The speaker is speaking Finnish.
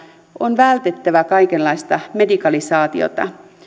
on vältettävä kaikenlaista medikalisaatiota